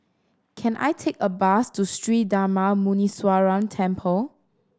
can I take a bus to Sri Darma Muneeswaran Temple